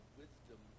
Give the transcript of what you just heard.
wisdom